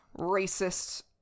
racist